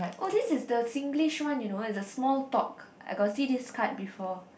oh this is the Singlish one you know is the small talk I got see this card before